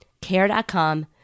Care.com